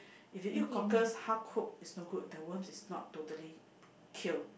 if you eat cockles half cook is no good because the worm is not totally kill